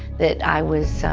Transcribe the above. that i was